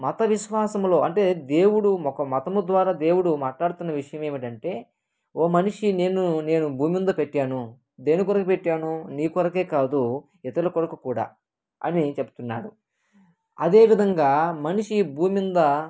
మత విశ్వాసములో అంటే దేవుడు ఒక మతము ద్వారా దేవుడు మాట్లాడుతున్న విషయం ఏమిటి అంటే ఓ మనిషి నేను నేను భూమి మీద పెట్టాను దేని కొరకు పెట్టాను నీ కొరకే కాదు ఇతరుల కొరకు కూడా అని చెప్తున్నాడు అదేవిధంగా మనిషి భూమి మీద